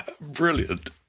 Brilliant